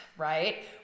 right